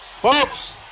Folks